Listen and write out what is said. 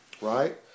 right